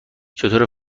چطوره